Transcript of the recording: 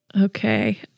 Okay